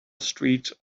streets